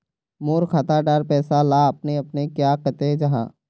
मोर खाता डार पैसा ला अपने अपने क्याँ कते जहा?